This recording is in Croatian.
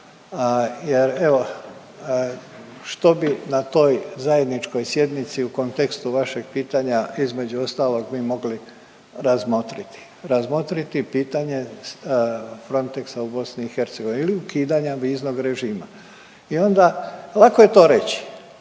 jer evo što bi na toj zajedničkoj sjednici u kontekstu vašeg pitanja između ostalog mi mogli razmotriti, razmotriti pitanje Frontexa u BiH ili ukidanja viznog režima. I onda lako je to reći